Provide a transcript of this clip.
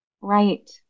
right